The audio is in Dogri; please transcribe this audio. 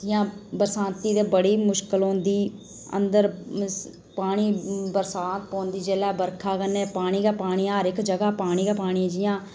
जि'यां बरसांती ते बड़ी मुश्कल औंदी अंदर पानी बरसांत पौंदी जेल्लै बरखा कन्नै पानी गै पानी हर इक्क जगह पानी गै पानी जि'यां